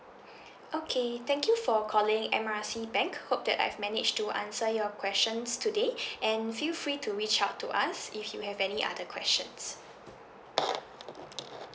okay thank you for calling M R C bank hope that I've manage to answer your questions today and feel free to reach out to us if you have any other questions